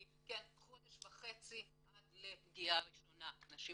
חודש וחצי מרגע ההגעה לארץ עד פגיעה ראשונה.